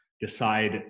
decide